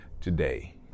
today